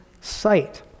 sight